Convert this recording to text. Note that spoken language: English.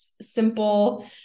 simple